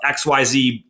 XYZ